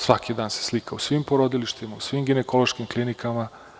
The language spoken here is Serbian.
Svaki dan se slika u svim porodilištima, u svim ginekološkim klinikama.